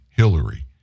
Hillary